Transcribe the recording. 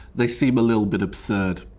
they seem a little bit absurd.